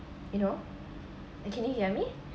you know uh can you hear me